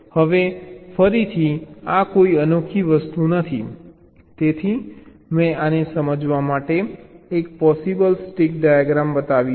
હવે ફરીથી આ કોઈ અનોખી વસ્તુ નથી તેથી મેં આને સમજવા માટે એક પોસિબલ સ્ટિક ડાયાગ્રામ બતાવી છે